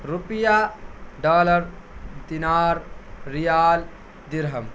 روپیہ ڈالر دینار ریال درہم